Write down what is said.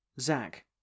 Zach